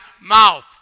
mouth